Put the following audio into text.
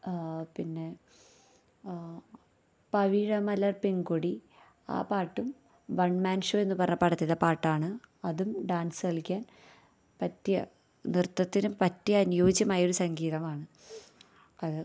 പിന്നെ പവിഴമലര് പെങ്കൊടി ആ പാട്ടും വണ് മാന് ഷോയെന്ന് പറഞ്ഞ പടത്തിലത്തെ പാട്ടാണ് അതും ഡാന്സ് കളിക്കാന് പറ്റിയ നൃത്തത്തിന് പറ്റിയ അനുയോജ്യമായൊരു സംഗീതമാണ് അത്